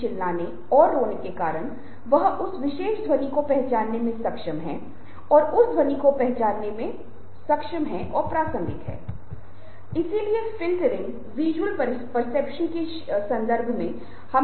हम दो कार्यों के बीच स्विच करते हैं जब हम ऐसा करते हैं तो दक्षता का स्तर काफी नीचे चला जाता है